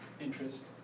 interest